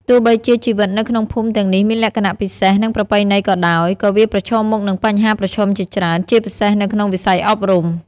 ទោះបីជាជីវិតនៅក្នុងភូមិទាំងនេះមានលក្ខណៈពិសេស និងប្រពៃណីក៏ដោយ ក៏វាប្រឈមមុខនឹងបញ្ហាប្រឈមជាច្រើន ជាពិសេសនៅក្នុងវិស័យអប់រំ។